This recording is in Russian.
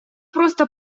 просто